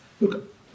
look